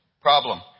problem